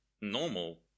normal